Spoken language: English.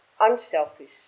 Unselfish